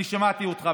אני שמעתי אותך,